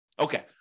Okay